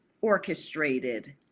orchestrated